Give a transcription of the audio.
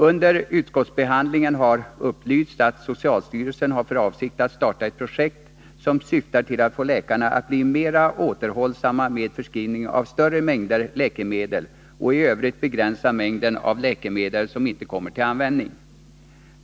Under utskottsbehandlingen har det upplysts att socialstyrelsen har för avsikt att starta ett projekt som syftar till att få läkarna att bli mera återhållsamma med förskrivning av större mängder läkemedel och i övrigt begränsa mängden av läkemedel som inte kommer till användning.